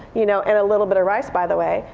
you know and a little bit of rice, by the way.